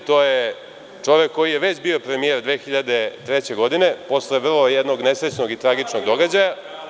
To je čovek koji je već bio premijer 2003. godine, posle vrlo jednog nesrećnog i tragičnog događaja.